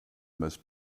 most